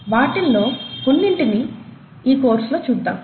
వాటిల్లో కొన్నింటిని ఈ కోర్స్లో చూద్దాము